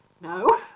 No